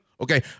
Okay